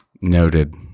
noted